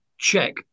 check